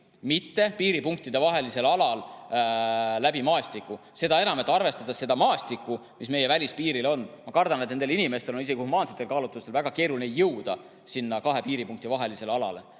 mitte piiripunktidevaheliselt alalt läbi maastiku. Seda enam, et arvestades seda maastikku, mis meie välispiiril on, ma kardan, et nendel inimestel on väga keeruline jõuda sinna kahe piiripunkti vahelisele alale.